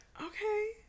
okay